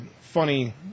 funny